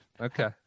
Okay